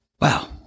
Wow